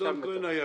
אדון כהן היקר,